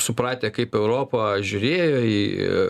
supratę kaip europa žiūrėjo į